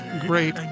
great